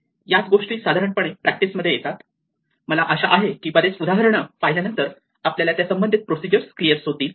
याच गोष्टी साधारणपणे प्रॅक्टिस मध्ये येतात मला आशा आहे की बरेच उदाहरण पाहिल्यानंतर आपल्याला त्या संबंधित प्रोसिजर क्लियर होईल